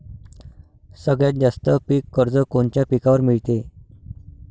सगळ्यात जास्त पीक कर्ज कोनच्या पिकावर मिळते?